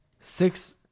Six